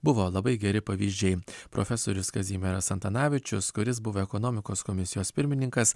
buvo labai geri pavyzdžiai profesorius kazimieras antanavičius kuris buvo ekonomikos komisijos pirmininkas